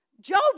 Job